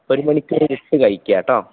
ഒരു മണിക്കൂര് വിട്ടു കഴിക്കുക കെട്ടോ